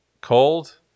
cold